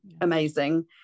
amazing